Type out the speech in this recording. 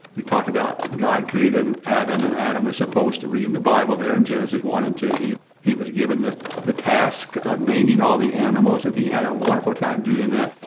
we talked about god created an adam and adam was supposed to, read in the bible there in genesis one and two, he he was given the the task of naming all the animals and he had a wonderful time doing that.